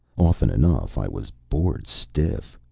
often enough i was bored stiff.